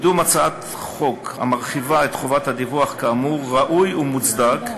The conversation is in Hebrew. קידום הצעת החוק המרחיבה את חובת הדיווח כאמור ראוי ומוצדק,